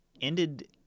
ended